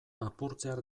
apurtzear